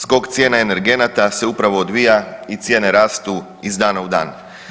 Skok cijene energenata se upravo odvija i cijene rastu iz dana u dan.